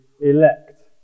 elect